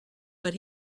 but